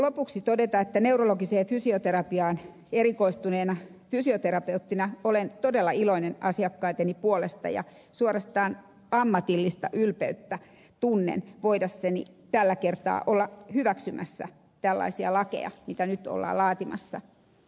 lopuksi täytyy todeta että neurologiseen fysioterapiaan erikoistuneena fysioterapeuttina olen todella iloinen asiakkaitteni puolesta ja tunnen suorastaan ammatillista ylpeyttä voidessani tällä kertaa olla hyväksymässä tällaisia lakeja kuin nyt ollaan laatimassa